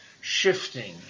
shifting